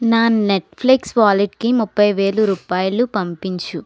నా నెట్ఫ్లిక్స్ వాలెట్కి ముప్పై వేలు రూపాయలు పంపించు